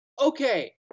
Okay